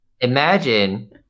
Imagine